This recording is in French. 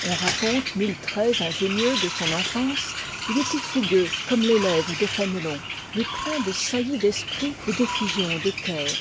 on raconte mille traits ingénieux de son enfance il étoit fougueux comme l'élève de fénélon mais plein de saillies d'esprit et d'effusions de cœur